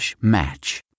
match